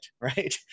Right